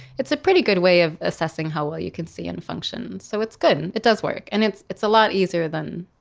it's a pretty good way of assessing how well you can see and function. so it's good, and it does work, and it's it's a lot easier than